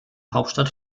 hauptstadt